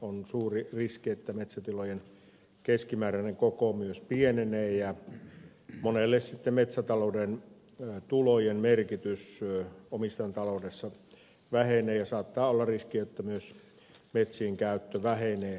on suuri riski että metsätilojen keskimääräinen koko myös pienenee ja monelle metsätalouden tulojen merkitys omistajan taloudessa vähenee ja saattaa olla riski että myös metsien käyttö vähenee